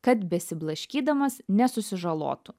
kad besiblaškydamas nesusižalotų